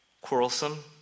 quarrelsome